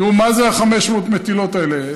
תראו, מה זה 500 המטילות האלה?